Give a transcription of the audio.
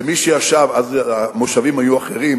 למי שישב, אז המושבים היו אחרים,